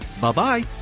Bye-bye